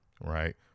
right